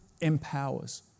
empowers